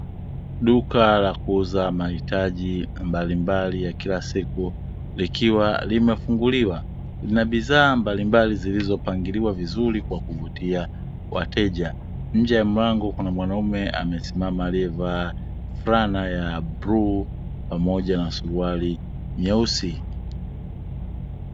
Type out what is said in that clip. Duka la kuuza mahitaji mbalimbali ya kila siku likiwa limefunguliwa. Lina bidhaa mbalimbali zilizopangiliwa vizuri kuwavutia wateja. Nje ya mlango kuna mwanaume amesimama aliyevaa fulana ya bluu pamoja na suruali nyeusi.